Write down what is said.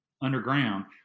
underground